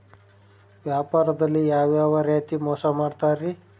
ವ್ಯಾಪಾರದಲ್ಲಿ ಯಾವ್ಯಾವ ರೇತಿ ಮೋಸ ಮಾಡ್ತಾರ್ರಿ?